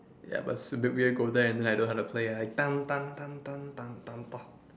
ya but go there then like don't know how to play